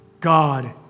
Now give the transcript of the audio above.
God